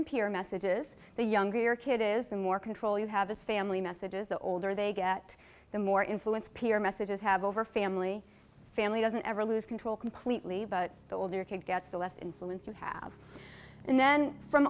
peer messages the younger your kid is the more control you have this family messages the older they get the more influence peer messages have over family family doesn't ever lose control completely but the older kid gets the less influence you have and then from